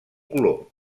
color